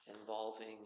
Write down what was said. involving